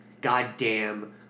Goddamn